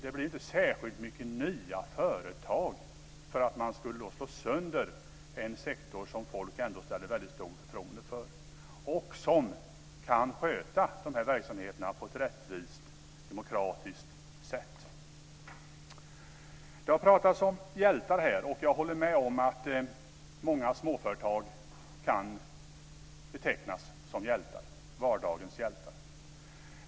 Det blir inte särskilt mycket nya företag av att man slår sönder en sektor som folk ändå har väldigt stort förtroende för och som kan sköta de här verksamheterna på ett rättvist och demokratiskt sätt. Det har pratats om hjältar här. Jag håller med om att många småföretag kan betecknas som vardagens hjältar.